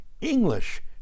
English